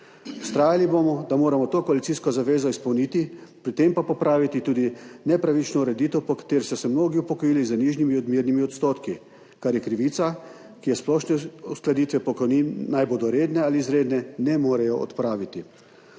Vztrajali bomo, da moramo to koalicijsko zavezo izpolniti, pri tem pa popraviti tudi nepravično ureditev, po kateri so se mnogi upokojili z nižjimi odmernimi odstotki, kar je krivica, ki je splošne uskladitve pokojnin, naj bodo redne ali izredne, ne morejo odpraviti.